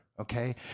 Okay